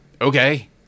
Okay